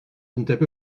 undeb